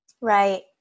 Right